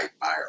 buyer